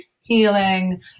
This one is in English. healing